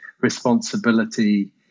responsibility